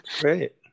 Great